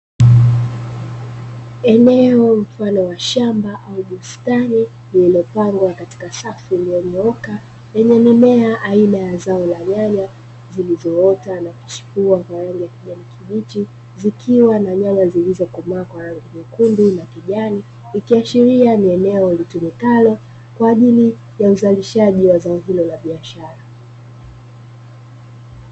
Eneo mfano wa shamba au bustani lilopangwa katika safu iliyonyooka yenye mimea aina ya zao la nyanya, zilizoota nakuchipua kwa rangi ya kijani kibichi zikiwa na nyanya zilizokomaa kwa rangi nyekundu na kijani ikiashiria ni eneo litumikalo kwa ajili ya uzalishaji wa zao hilo la biashara.